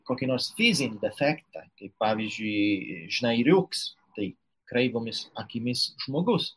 kokį nors fizinį defektą kaip pavyzdžiui šnairiuks tai kreivomis akimis žmogus